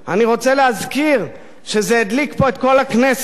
אני רוצה להזכיר שזה הדליק פה את כל הכנסת,